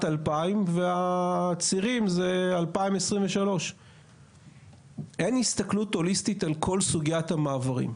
2000 והצירים זה 2023. אין הסתכלות הוליסטית על כל סוגיית המעברים,